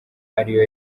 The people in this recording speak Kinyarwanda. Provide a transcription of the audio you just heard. ariyo